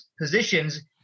positions